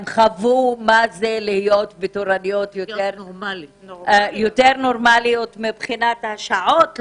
הם חוו מה זה להיות בתורנויות נורמליות מבחינת השעות.